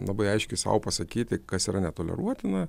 labai aiškiai sau pasakyti kas yra netoleruotina